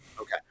Okay